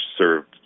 served